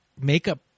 makeup